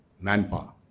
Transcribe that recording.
manpower